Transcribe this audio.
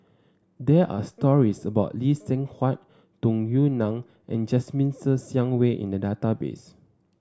there are stories about Lee Seng Huat Tung Yue Nang and Jasmine Ser Xiang Wei in the database